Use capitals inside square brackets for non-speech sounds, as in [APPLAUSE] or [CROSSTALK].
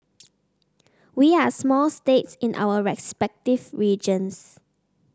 [NOISE] we are small states in our respective regions